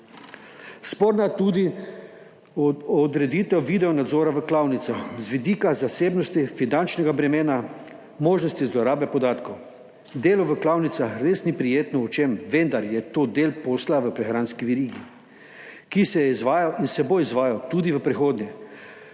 Sporna je tudi odreditev videonadzora v klavnicah, z vidika zasebnosti, finančnega bremena, možnosti zlorabe podatkov. Delo v klavnicah res ni prijetno očem, vendar je to del posla v prehranski verigi, ki se je izvajal in se bo izvajal tudi v prihodnje.